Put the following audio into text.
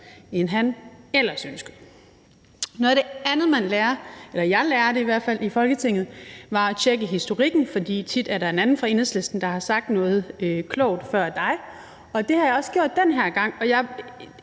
end han ellers ønskede. Noget af det andet, som man lærer i Folketinget – eller som jeg i hvert fald lærte – er at tjekke historikken. For der er tit en anden fra Enhedslisten, der har sagt noget klogt før dig, og det har jeg også tjekket den her gang,